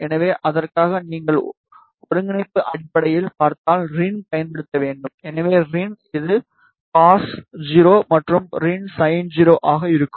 எனவே அதற்காக நீங்கள் ஒருங்கிணைப்பு அடிப்படையில் பார்த்தால் ரின் பயன்படுத்த வேண்டும் எனவே ரின் இது cos0 மற்றும் rin sin0 ஆக இருக்கும்